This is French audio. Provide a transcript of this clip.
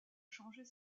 changer